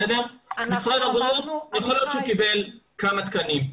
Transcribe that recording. משרד הבריאות, יכול להיות שהוא קיבל כמה תקנים,